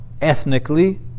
ethnically